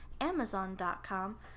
Amazon.com